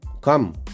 Come